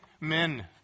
men